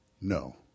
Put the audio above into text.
No